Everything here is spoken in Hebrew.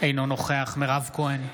אינו נוכח מירב כהן,